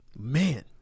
man